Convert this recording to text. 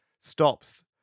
stops